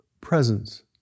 presence